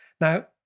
Now